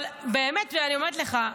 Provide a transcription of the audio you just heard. אבל באמת אני אומרת לך,